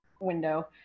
window